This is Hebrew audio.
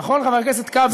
נכון, חבר הכנסת כבל?